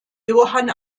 johann